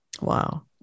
Wow